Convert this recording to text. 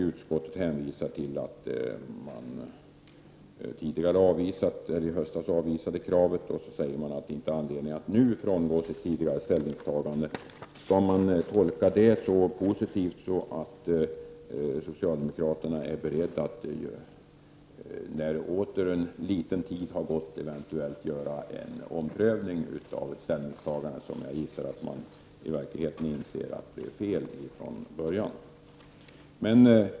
Utskottet hänvisar till att riksdagen i höstas avvisade kravet, och därför säger man att utskottet därför inte finner ”anled ning för riksdagen att nu frångå sitt tidigare ställningstagande”. Skall man tolka denna formulering på så sätt att socialdemokraterna är positiva till att när en liten tid har gått eventuellt vara beredda att ompröva ett ställningstagande som jag gissar att de egentligen från början insåg var felaktigt?